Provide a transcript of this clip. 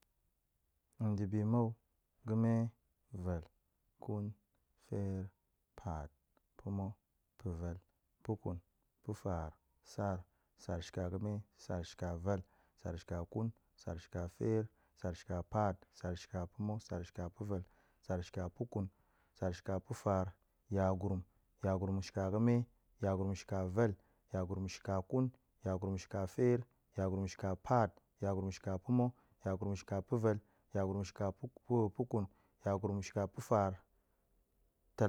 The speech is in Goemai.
Ndibi mau, ga̱me, vel kun, feer, paat, pa̱ma̱, pa̱vel, pa̱kun, pa̱faar, sar, sar shika ga̱me, sar shika vel, sar shika kun, sar shika feer, sar shika pa̱t, sar shika pa̱ma̱, sar shika pa̱vel, sar shika pa̱kun, sar shika pa̱faar, yagurum, yagurum shika ga̱me, yagurum shika vel, yagurum shika kun, yagurum shika feer, yagurum shika paat, yagurum shika pa̱ma̱, yagurum shika pa̱vel, yagurum shika pa̱-pa̱kun, yagurum shika pa̱faar, tal